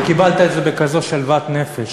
וקיבלת את זה בכזאת שלוות נפש.